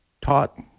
taught